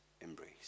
embrace